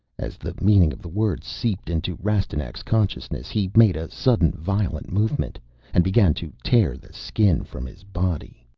as the meaning of the words seeped into rastignac's consciousness he made a sudden violent movement and began to tear the skin from his body!